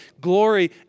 glory